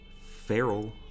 feral